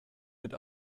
mit